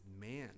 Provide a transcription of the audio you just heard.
man